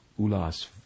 Ulas